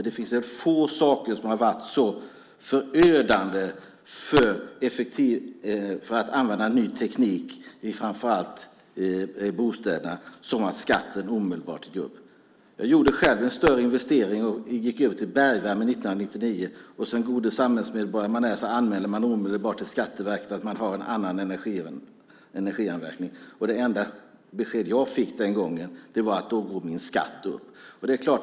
Det är få saker som har varit så förödande för att använda ny teknik i bostäderna som att skatten omedelbart har gått upp. Jag gjorde själv en större investering och gick över till bergvärme 1999. Som den gode samhällsmedborgare jag är anmälde jag omedelbart till Skatteverket att jag hade en annan energianvändning. Det enda besked som jag fick den gången var att min skatt gick upp.